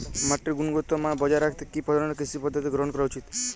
মাটির গুনগতমান বজায় রাখতে কি ধরনের কৃষি পদ্ধতি গ্রহন করা উচিৎ?